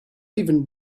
even